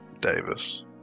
Davis